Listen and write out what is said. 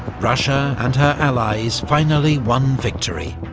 russia and her allies finally won victory,